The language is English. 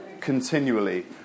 continually